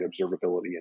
Observability